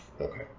okay